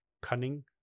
cunning